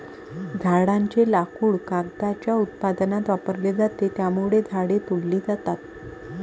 झाडांचे लाकूड कागदाच्या उत्पादनात वापरले जाते, त्यामुळे झाडे तोडली जातात